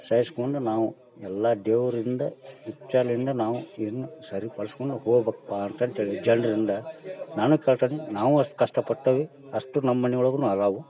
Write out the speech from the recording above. ಸಹಿಸ್ಕೊಂಡು ನಾವು ಎಲ್ಲ ದೇವರಿಂದ ಇಚ್ಛೆಲಿಂದ ನಾವು ಏನು ಸರಿಪಡಿಸ್ಕೊಂಡು ಹೋಗ್ಬೇಕ್ಪ ಅಂತಂದ್ ಹೇಳಿ ಜನರಿಂದ ನಾನು ಕೇಳ್ತೀನಿ ನಾವೂ ಅಷ್ಟು ಕಷ್ಟಪಟ್ಟೀವಿ ಅಷ್ಟು ನಮ್ಮ ಮನೆ ಒಳಗು ಇದಾವೆ